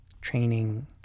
training